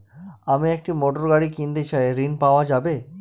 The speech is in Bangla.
আমি একটি মোটরগাড়ি কিনতে চাই ঝণ পাওয়া যাবে?